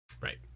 Right